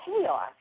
chaos